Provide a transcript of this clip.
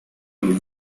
los